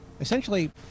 essentially